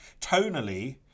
tonally